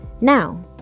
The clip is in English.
now